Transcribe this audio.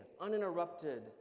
uninterrupted